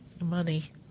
Money